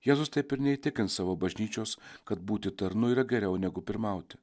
jėzus taip ir neįtikins savo bažnyčios kad būti tarnu yra geriau negu pirmauti